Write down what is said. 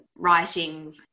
writing